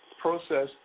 process